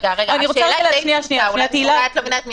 אולי את לא מבינה את מיכל.